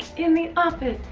in the office,